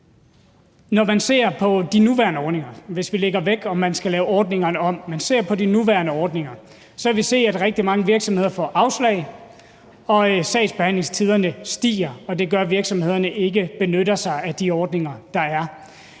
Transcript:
fra, om de skal laves om, så kan vi se, at rigtig mange virksomheder får afslag, og at sagsbehandlingstiderne stiger, og det gør, at virksomhederne ikke benytter sig af de ordninger, der er.